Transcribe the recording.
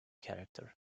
character